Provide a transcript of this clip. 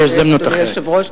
אדוני היושב-ראש,